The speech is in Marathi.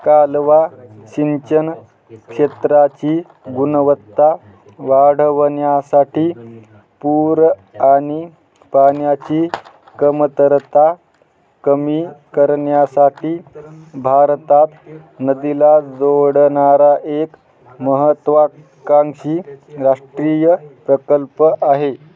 कालवा सिंचन क्षेत्राची गुणवत्ता वाढवण्यासाठी पूर आणि पाण्याची कमतरता कमी करण्यासाठी भारतात नदीला जोडणारा एक महत्त्वाकांक्षी राष्ट्रीय प्रकल्प आहे